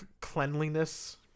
cleanliness